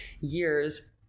years